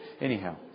anyhow